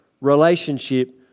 relationship